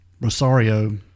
Rosario